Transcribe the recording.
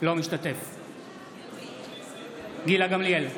אינו משתתף בהצבעה גילה גמליאל,